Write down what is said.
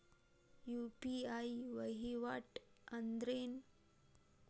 UPI ವಹಿವಾಟ್ ಅಂದ್ರೇನು?